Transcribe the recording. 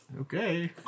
Okay